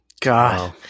God